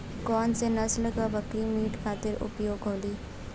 कौन से नसल क बकरी मीट खातिर उपयोग होली?